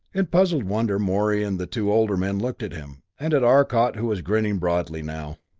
in puzzled wonder morey and the two older men looked at him, and at arcot who was grinning broadly now.